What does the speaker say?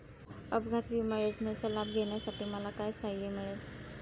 अपघात विमा योजनेचा लाभ घेण्यासाठी मला काय सहाय्य मिळेल?